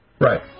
Right